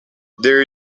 there